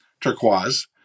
Turquoise